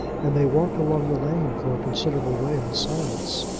and they walked along the lane for a considerable way in silence.